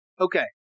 Okay